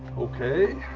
okay,